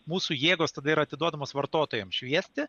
mūsų jėgos tada yra atiduodamos vartotojam šviesti